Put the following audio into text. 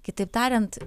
kitaip tariant